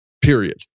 period